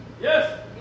Yes